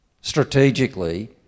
strategically